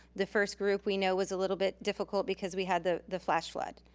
the first group we know was a little bit difficult because we had the the flash flood.